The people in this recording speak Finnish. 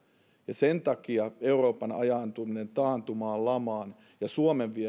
sen takia euroopan ajautuminen taantumaan lamaan ja suomen